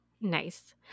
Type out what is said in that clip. Nice